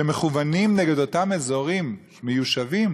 שמכוונים נגד אותם אזורים מיושבים,